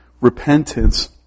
Repentance